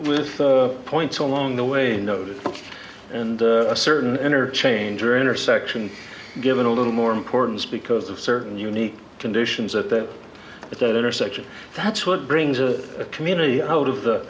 with points along the way note and a certain energy changer intersection given a little more importance because of certain unique conditions that at that intersection that's what brings a community out of the